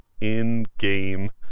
in-game